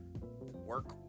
work